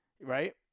Right